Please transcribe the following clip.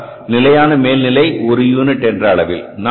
என்றால் நிலையான மேல்நிலை விலை ஒரு யூனிட் என்ற அளவில்